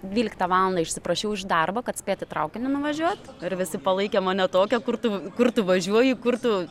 dvyliktą valandą išsiprašiau iš darbo kad spėt į traukinį nuvažiuot ir visi palaikė mane tokia kur tu kur tu važiuoji kur tu